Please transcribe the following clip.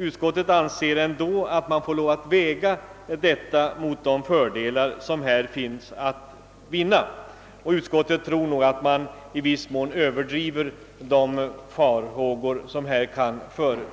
Utskottet anser, att man ändå får lov att väga detta mot de fördelar som här står att vinna samt att de farhågor som här kan